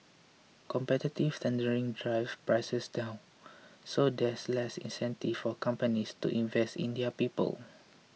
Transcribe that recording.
competitive tendering drive prices down so there's less incentive for companies to invest in their people